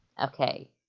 Okay